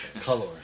Color